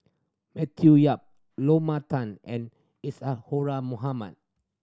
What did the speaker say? Matthew Yap Tan and Isadhora Mohamed